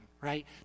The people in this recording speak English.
right